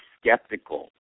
skeptical